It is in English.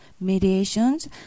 mediations